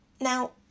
Now